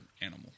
animal